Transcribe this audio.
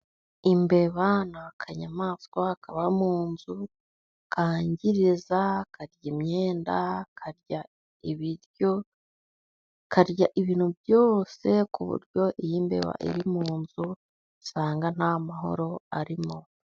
Imbeba n'akanyamaswa kaba munzu, kangiriza, karya imyenda, karya ibiryo, karya ibintu byose. Ku buryo iyo imbeba iri munzu, usanga nta mahoro arimo.